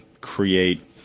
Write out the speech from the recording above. create –